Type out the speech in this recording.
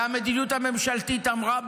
והמדיניות הממשלתית אמרה בבירור: